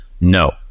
no